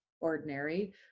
ordinary